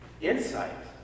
insight